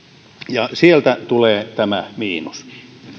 ja sieltä tulee tämä miinus